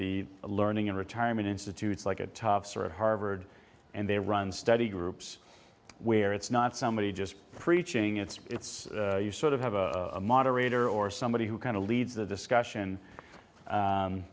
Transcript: the learning in retirement institutes like a top sort of harvard and they run study groups where it's not somebody just preaching it's it's you sort of have a moderator or somebody who kind of leads the discussion